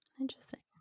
Interesting